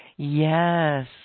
Yes